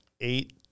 eight